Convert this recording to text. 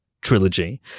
trilogy